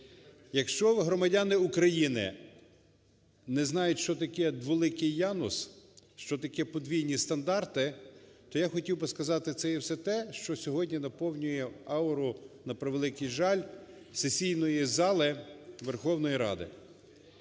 Якщо громадяни України не знають, що таке дволикий Янус, що таке подвійні стандарти, то я хотів би сказати, це є все те, що сьогодні наповнює ауру, на превеликий жаль, сесійної зали Верховної Ради.